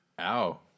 Ow